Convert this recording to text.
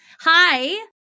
hi